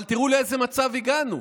אבל תראו לאיזה מצב הגענו,